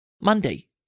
Monday